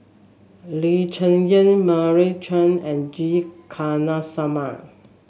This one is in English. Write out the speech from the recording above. Lee Cheng Yan Meira Chand and G Kandasamy